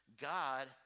God